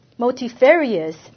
Multifarious